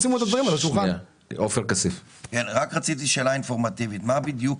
עופר כסיף, בבקשה.